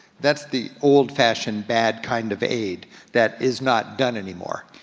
that's the old fashioned bad kind of aid that is not done anymore.